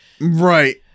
Right